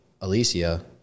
Alicia